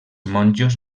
monjos